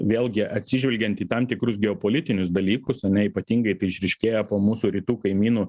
vėlgi atsižvelgiant į tam tikrus geopolitinius dalykus ane ypatingai tai išryškėja po mūsų rytų kaimynų